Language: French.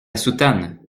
soutane